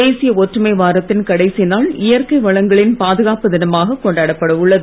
தேசிய ஒற்றுமை வாரத்தின் கடைசி நாள் இயற்கை வளங்களின் பாதுகாப்பு தினமாகக் கொண்டாடப்பட உள்ளது